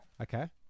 Okay